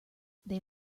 they